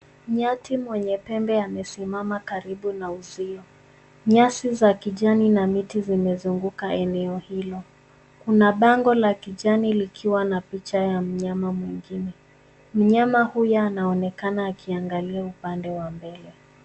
Nyati mwenye pembe amesimama karibu na uzio. Nyasi za kijani na miti zimezunguka eneo hilo. Kuna bango la kijani likiwa na picha ya mnyama mwingine. Mnyama huyu anaonekana akiangalia upande wa mbele.